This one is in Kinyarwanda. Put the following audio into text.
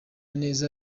neza